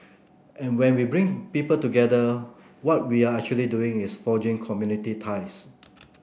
and when we bring people together what we are actually doing is forging community ties